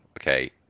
okay